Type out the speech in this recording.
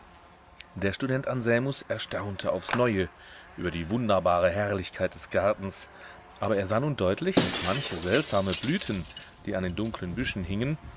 der student anselmus erstaunte aufs neue über die wunderbare herrlichkeit des gartens aber er sah nun deutlich daß manche seltsame blüten die an den dunkeln büschen hingen